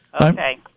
Okay